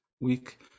week